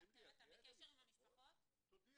דברייך --- אל תכעסי